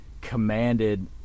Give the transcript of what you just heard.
commanded